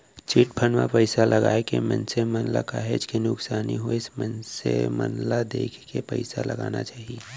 chit fund म पइसा लगाए ले मनसे मन ल काहेच के नुकसानी होइस मनसे मन ल देखे के पइसा लगाना चाही